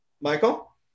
Michael